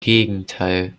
gegenteil